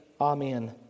Amen